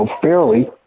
fairly